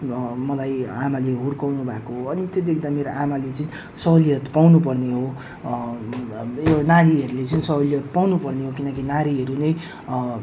मलाई आमाले हुर्काउनु भएको हो अनि त्यो देख्दा मेरो आमाले चाहिँ सहुलियत पाउनु पर्ने हो यो नारीहरूले चाहिँ सहुलियत पाउनु पर्ने हो किनकि नारीहरू नै